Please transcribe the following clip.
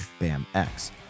BAMX